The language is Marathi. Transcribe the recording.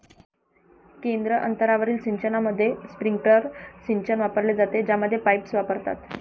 केंद्र अंतरावरील सिंचनामध्ये, स्प्रिंकलर सिंचन वापरले जाते, ज्यामध्ये पाईप्स वापरतात